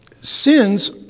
Sins